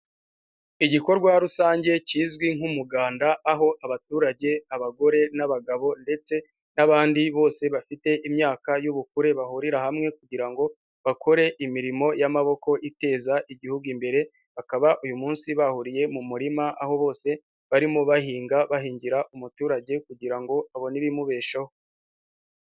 Igikorwa rusange kizwi nk'umuganda aho abaturage, abagore n'abagabo ndetse n'abandi bose bafite imyaka y'ubukure bahurira hamwe kugira ngo bakore imirimo y'amaboko iteza igihugu imbere, bakaba uyu munsi bahuriye mu murima aho bose barimo bahinga bahingira umuturage kugira ngo abone ibimubeshaho.